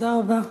תודה רבה.